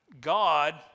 God